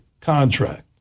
contract